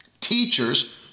teachers